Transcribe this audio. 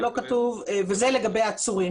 זה לגבי העצורים.